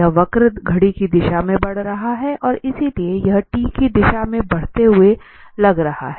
यह वक्र घड़ी की दिशा में बढ़ रहा हैं और इसलिए यह t की दिशा में बढ़ते हुए लग रहा है